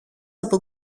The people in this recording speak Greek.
από